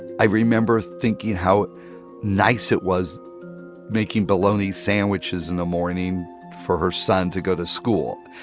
i remember thinking how nice it was making baloney sandwiches in the morning for her son to go to school.